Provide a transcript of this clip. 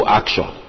action